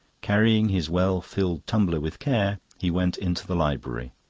carrying his well-filled tumbler with care, he went into the library.